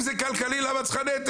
אם זה כלכלי, למה את צריכה נטל?